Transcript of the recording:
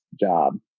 job